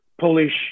Polish